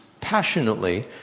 passionately